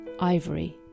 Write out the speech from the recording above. ivory